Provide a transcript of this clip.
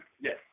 Yes